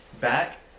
back